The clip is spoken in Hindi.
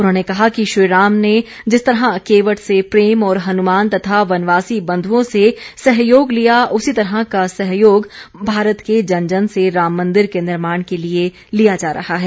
उन्होंने कहा कि श्रीराम ने जिस तरह केवट से प्रेम और हनुमान तथा वनवासी बन्धुओं से सहयोग लिया उसी तरह का सहयोग भारत के जन जन से राम मन्दिर के निर्माण के लिए लिया जा रहा है